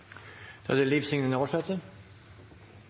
Da er det